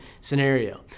scenario